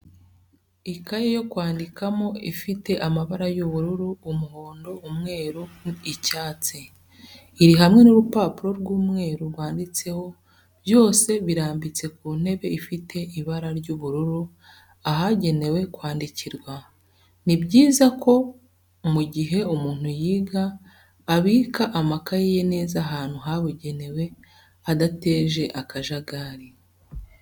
Ikaye yo kwandikano ifite amabara y'ubururu, umuhondo, umweru, icyatsi. Iri hamwe n'urupapuro rw'umweru rwanditseho, byose birambitse ku ntebe ifite ibara ry'ubururu ahagenewe kwandikirwa. Ni byiza ko mu gihe umuntu yiga abika amakayi ye neza ahantu habugenewe adateje akajagari.